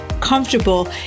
comfortable